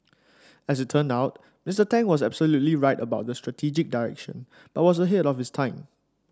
as it turned out Mister Tang was absolutely right about the strategic direction but was ahead of his time